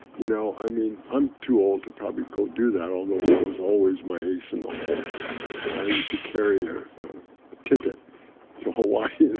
you know i mean, i'm too old to probably go do that, although, that was always my ace in the hole, and i used to carry a ticket to hawaii.